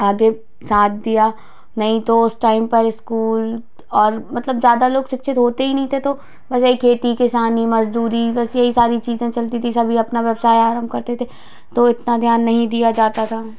आगे साथ दिया नहीं तो उस टाइम पर स्कूल और मतलब ज्यादा लोग शिक्षित होते ही नहीं थे तो बस यही खेती किसानी मजदूरी बस यही सारी चीजें चलती थीं सभी अपना व्यवसाय आरम्भ करते थे तो इतना ध्यान नहीं दिया जाता था